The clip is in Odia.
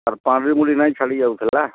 ଆରେ ପାର୍ଲି ମୁଣ୍ଡି ନାହିଁ ଛାଡ଼ି ଯାଉଥିଲା